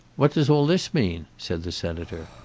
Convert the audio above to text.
what does all this mean? said the senator.